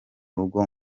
rugo